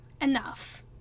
enough